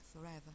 forever